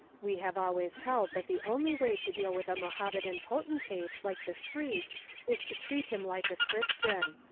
we have always held that the only way to deal with a mohammedan potentate like the shriek is to treat him like a christian.